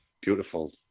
beautiful